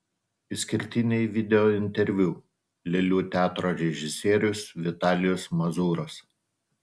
išskirtiniai videointerviu lėlių teatro režisierius vitalijus mazūras